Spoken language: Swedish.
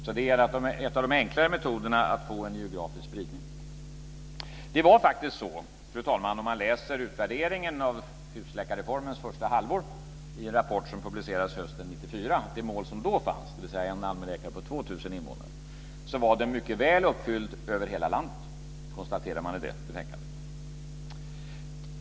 Så detta är en av de enklare metoderna att få en geografisk spridning. Fru talman! Enligt utvärderingen av husläkarreformens första halvår i en rapport som publicerades hösten 1994 var det mål som då fanns, dvs. en allmänläkare på 2 000 invånare, mycket väl uppfyllt över hela landet. Det konstaterar man i det betänkandet.